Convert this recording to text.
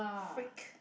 freak